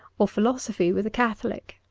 or philosophy with a catholic,